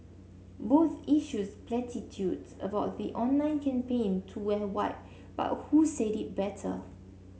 both issued platitudes about the online campaign to wear white but who said it better